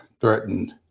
threatened